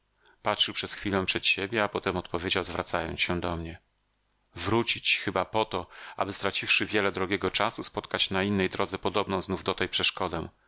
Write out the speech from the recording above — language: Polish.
patrzył przez chwilę przed siebie a potem odpowiedział zwracając się do mnie wrócić chyba po to aby straciwszy wiele drogiego czasu spotkać na innej drodze podobną znów do tej przeszkodę